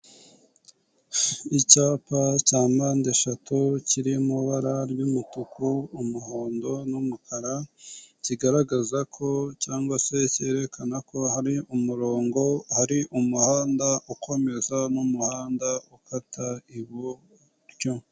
Icyapa cya mpandeshatu kiri mu ibara ry'umutuku umuhondo n'umukara, kigaragaza ko cyangwa se cyerekana ko hari umurongo hari umuhanda ukomeza n'umuhanda ukata iburyo.